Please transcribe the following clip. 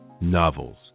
Novels